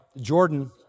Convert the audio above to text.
Jordan